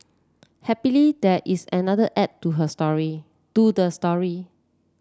happily there is another act to her story to the story